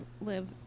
live